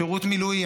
שירות מילואים,